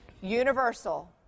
universal